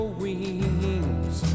wings